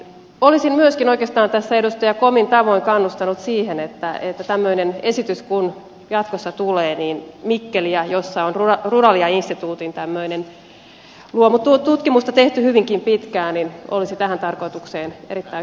olisin myöskin oikeastaan tässä edustaja komin tavoin kannustanut siihen että kun tämmöinen esitys jatkossa tulee niin mikkeli jossa ruralia instituutissa tämmöistä luomututkimusta on tehty hyvinkin pitkään olisi tähän tarkoitukseen erittäin hyvä paikkakunta